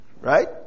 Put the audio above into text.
Right